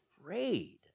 afraid